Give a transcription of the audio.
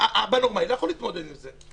אבא לומד לא יכול להתמודד עם זה.